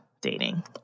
dating